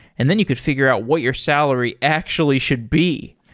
and then you could figure out what your salary actually should be.